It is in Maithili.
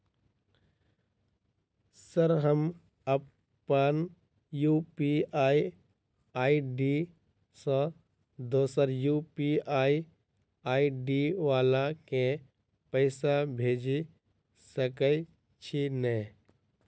सर हम अप्पन यु.पी.आई आई.डी सँ दोसर यु.पी.आई आई.डी वला केँ पैसा भेजि सकै छी नै?